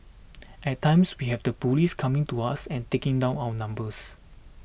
at times we have the police coming to us and taking down our numbers